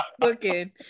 looking